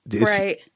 Right